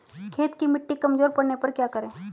खेत की मिटी कमजोर पड़ने पर क्या करें?